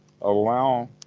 Allow